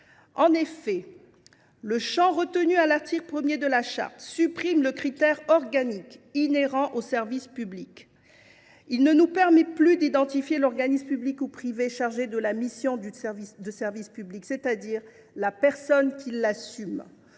En effet, le champ retenu à l’article 1 de la charte supprime le critère organique inhérent au service public. Il ne permet plus d’identifier l’organisme, public ou privé, chargé de la mission de service public, c’est à dire la personne qui l’assume,